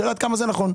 עד כמה זה נכון?